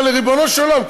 אבל ריבונו של עולם,